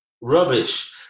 rubbish